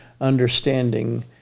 understanding